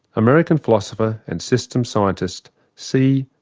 american philosopher and systems scientist c.